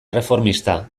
erreformista